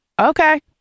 Okay